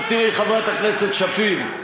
עכשיו תראי, חברת הכנסת שפיר,